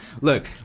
Look